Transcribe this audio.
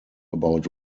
about